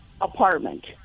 apartment